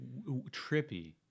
trippy